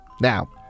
Now